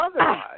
Otherwise